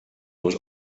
was